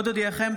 עוד אודיעכם,